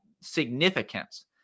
significance